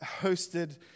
hosted